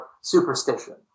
superstition